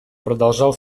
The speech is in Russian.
продолжал